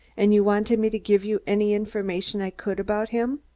and you wanted me to give you any information i could about him.